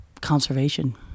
conservation